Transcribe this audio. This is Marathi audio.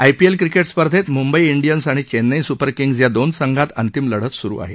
आयपीएल क्रिकेट स्पर्धेत मुंबई डियन्स आणि चेन्नई सुपर किंग्स या दोन संघात अंतिम लढत सुरु आहे